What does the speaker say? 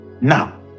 Now